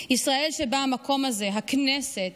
ישראל שבה המקום הזה, הכנסת,